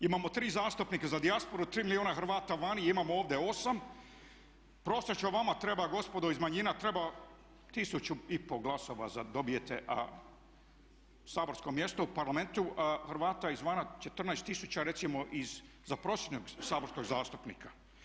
Imamo 3 zastupnika za dijasporu, 3 milijuna Hrvata vani, imamo ovdje 8. Prosječno vama treba gospodo iz manjina treba 1500 glasova da dobijete saborsko mjesto u Parlamentu a Hrvata izvana 14000 recimo za prosječnog saborskog zastupnika.